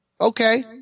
okay